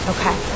Okay